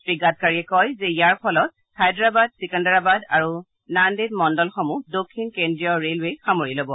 শ্ৰী গাডকাৰীয়ে কয় যে ইয়াৰ ফলত হায়দৰাবাদ চিকান্দাৰাবাদ আৰু নান্দেদ মণ্ডলসমূহ দক্ষিণ কেন্দ্ৰীয় ৰেলৰে সামৰি লব